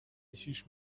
یکیش